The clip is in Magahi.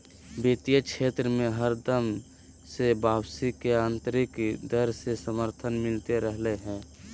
वित्तीय क्षेत्र मे हरदम से वापसी के आन्तरिक दर के समर्थन मिलते रहलय हें